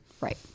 right